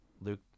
luke